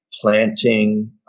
planting